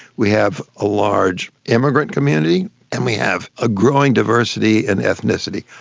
we have a large immigrant community and we have a growing diversity and ethnicity.